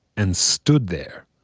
and stood there.